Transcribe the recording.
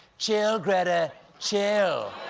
chill, greta, chill!